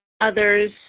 others